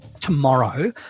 tomorrow